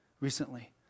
recently